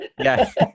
Yes